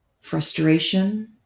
Frustration